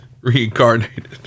Reincarnated